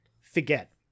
forget